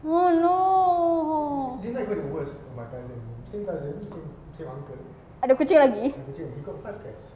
oh no ada kucing lagi